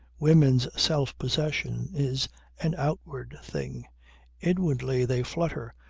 women's self-possession is an outward thing inwardly they flutter,